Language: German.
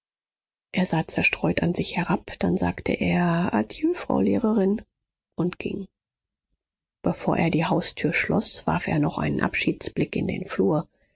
er sah zerstreut an sich herab dann sagte er adieu frau lehrerin und ging bevor er die haustür schloß warf er noch einen abschiedsblick in den flur